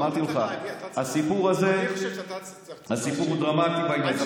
אמרתי לך, הסיפור הזה הוא דרמטי בעניין.